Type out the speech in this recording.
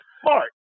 smart